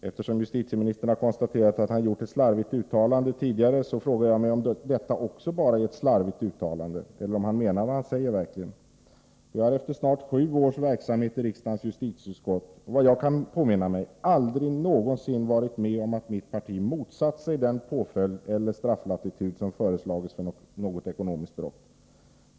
Eftersom justitieministern har konstaterat att han har gjort ett slarvigt uttalande tidigare, frågar jag mig om detta också bara är ett slarvigt uttalande eller om han verkligen menar det han säger. Jag har efter snart sju års verksamhet i riksdagens justitieutskott såvitt jag kan påminna mig aldrig någonsin varit med om att mitt parti har motsatt sig den påföljd eller den strafflatitud som föreslagits för något ekonomiskt brott.